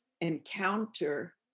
encounter